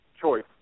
choice